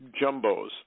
jumbos